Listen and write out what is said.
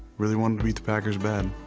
really wanted to beat the packers bad.